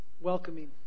Welcoming